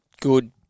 good